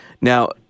Now